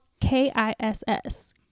K-I-S-S